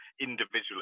individually